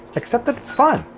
except that it's fun.